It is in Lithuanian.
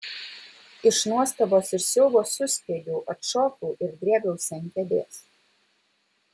iš nuostabos ir siaubo suspiegiau atšokau ir drėbiausi ant kėdės